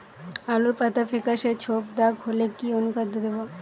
আলুর পাতা ফেকাসে ছোপদাগ হলে কি অনুখাদ্য দেবো?